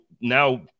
now